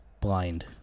blind